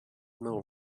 mill